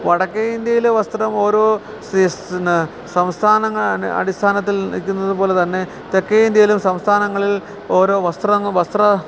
വടക്കേ ഇന്ത്യയിലെ വസ്ത്രം ഓരോ സംസ്ഥാനങ്ങളുടെ അടിസ്ഥാനത്തിൽ നില്ക്കുന്നതുപോലെതന്നെ തെക്കേ ഇന്ത്യയിലും സംസ്ഥാനങ്ങളിൽ ഓരോ